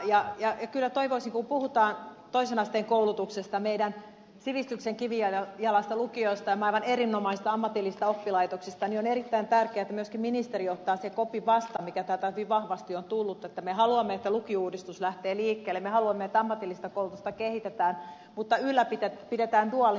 ja kyllä toivoisin erittäin tärkeänä asiana kun puhutaan toisen asteen koulutuksesta meidän sivistyksemme kivijalasta lukioista ja aivan erinomaisista ammatillisista oppilaitoksista että myöskin ministeri ottaa sen kopin vastaan mikä täältä hyvin vahvasti on tullut esille että me haluamme että lukiouudistus lähtee liikkeelle me haluamme että ammatillista koulutusta kehitetään mutta ylläpidetään duaalimalli